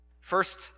First